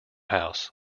house